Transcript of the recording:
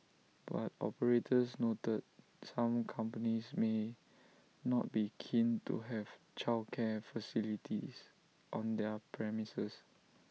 but operators noted some companies may not be keen to have childcare facilities on their premises